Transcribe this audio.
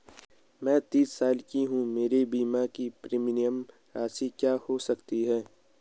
मैं तीस साल की हूँ मेरे बीमे की प्रीमियम राशि क्या हो सकती है?